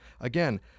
Again